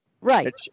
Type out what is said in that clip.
Right